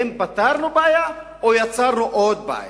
האם פתרנו בעיה או יצרנו עוד בעיה?